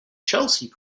chelsea